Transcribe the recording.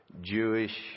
Jewish